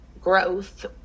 growth